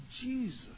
Jesus